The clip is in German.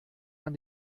man